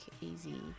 easy